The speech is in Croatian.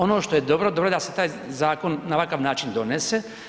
Ono što je dobro, dobro je da se taj zakon na ovakav način donese.